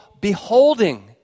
beholding